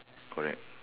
correct